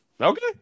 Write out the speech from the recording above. Okay